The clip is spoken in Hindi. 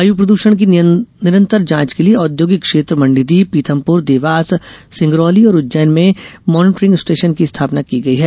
वायु प्रदूषण की निरंतर जाँच के लिये औद्योगिक क्षेत्र मण्डीदीप पीथमपुर देवास सिंगरौली और उज्जैन में मॉनिटरिंग स्टेशन की स्थापना की गयी है